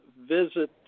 visit